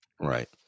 right